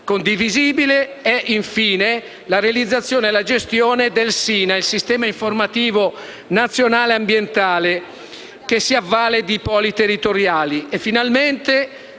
Condivisibile è, infine, la realizzazione e la gestione del SINA, sistema informativo nazionale ambientale, che si avvale di poli territoriali,